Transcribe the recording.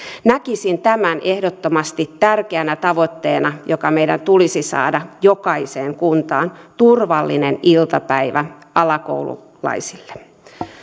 näkisin tämän ehdottomasti tärkeänä tavoitteena joka meidän tulisi saada jokaiseen kuntaan turvallinen iltapäivä alakoululaisille